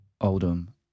Oldham